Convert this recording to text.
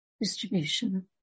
Distribution